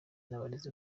n’abarezi